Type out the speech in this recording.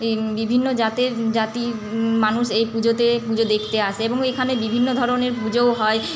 এই বিভিন্ন জাতের জাতির মানুষ এই পুজোতে পুজো দেখতে আসে এবং এখানে বিভিন্ন ধরনের পুজোও হয়